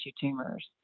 tumors